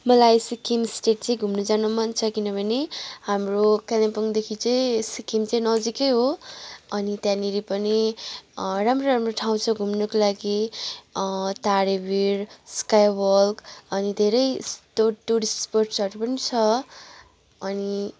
मलाई सिक्किम स्टेट चाहिँ घुम्नु जानु मन छ किनभने हाम्रो कालिम्पोङदेखि चाहिँ सिक्किम चाहिँ नजिकै हो अनि त्यहाँनिर पनि राम्रो राम्रो ठाउँ छ घुम्नुको लागि तारेभिर स्काइ वक अनि धेरै यस्तो टुरिस्ट स्पोट्सहरू पनि छ अनि